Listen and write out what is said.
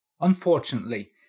Unfortunately